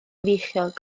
feichiog